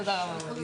תודה רבה.